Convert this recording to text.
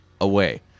away